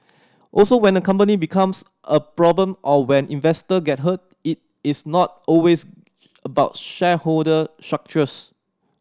also when a company becomes a problem or when investor get hurt it is not always about shareholder structures